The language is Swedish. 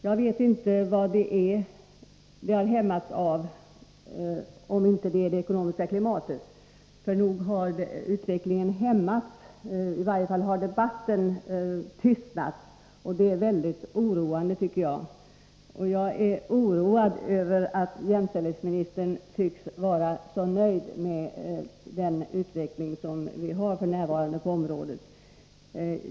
Jag vet inte vad jämställdhetsarbetet har hämmats av om det inte är av det ekonomiska klimatet, för nog har utvecklingen hämmats. I varje fall har debatten tystnat, och det är mycket oroande. Jag är bekymrad över att jämställdhetsministern tycks vara så nöjd med den utveckling som vi f. n. har på området.